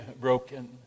broken